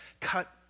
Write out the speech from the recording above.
cut